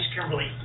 Kimberly